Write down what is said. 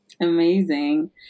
Amazing